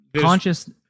conscious